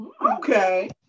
Okay